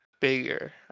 bigger